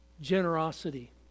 generosity